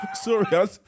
Sorry